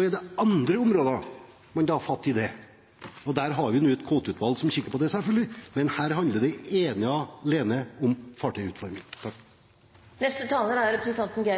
er det andre områder hvor man tar fatt i det. Der har vi nå et kvoteutvalg som kikker på det, selvfølgelig, men her handler det ene og alene om fartøyutforming. Eg føler berre behov for etter